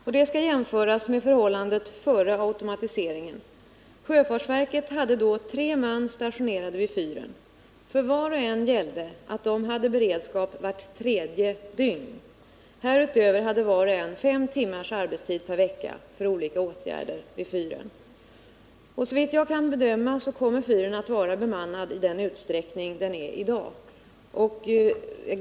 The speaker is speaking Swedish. Det skall jämföras med förhållandet före automatiseringen. Sjöfartsverket hade då tre man stationerade vid fyren. För var och en gällde att de hade beredskap vart tredje dygn. Härutöver hade var och en fem timmars arbetstid per vecka för olika åtgärder vid fyren. Såvitt jag kan bedöma kommer fyren att vara bemannad i den utsträckning den är det i dag.